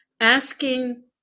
Asking